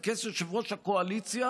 על כס יושב-ראש הקואליציה,